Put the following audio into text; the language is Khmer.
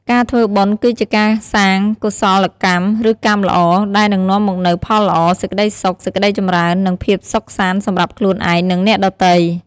ការធ្វើបុណ្យគឺជាការសាង កុសលកម្ម ឬ កម្មល្អ ដែលនឹងនាំមកនូវផលល្អ សេចក្តីសុខ សេចក្តីចម្រើន និងភាពសុខសាន្តសម្រាប់ខ្លួនឯង និងអ្នកដទៃ។